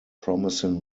promising